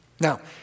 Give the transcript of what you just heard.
Now